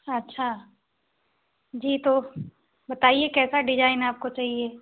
अच्छा जी तो बताइए कैसा डिजाइन आपको चाहिए